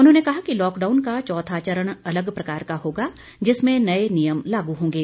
उन्होंने कहा कि लॉकडाउन का चौथा चरण अलग प्रकार का होगा जिसमें नये नियम लागू होंगे